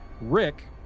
Rick